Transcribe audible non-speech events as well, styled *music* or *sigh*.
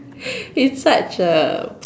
*breath* it's such a *noise*